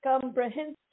Comprehensive